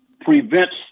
prevents